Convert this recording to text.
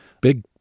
big